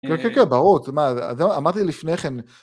כן, ברור, אמרתי לפני כן.